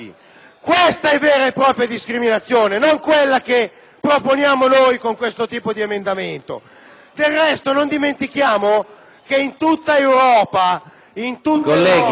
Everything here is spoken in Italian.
Del resto, non dimentichiamo che in tutta Europa, soprattutto nei Paesi